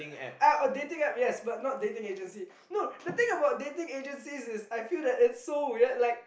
uh dating app yes but not dating agencies no the thing about dating agencies is I feel that it's so weird like